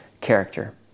character